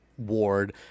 ward